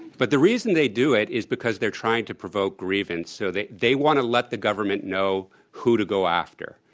but the reason they do it is because they're trying to provoke grievance so that they want to let the government know who to go after